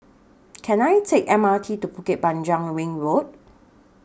Can I Take M R T to Bukit Panjang Ring Road